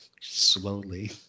Slowly